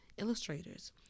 Illustrators